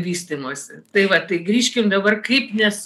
vystymosi tai va tai grįžkim dabar kaip nes